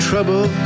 Trouble